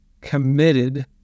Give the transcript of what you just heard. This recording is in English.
committed